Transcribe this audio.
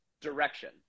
direction